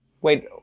Wait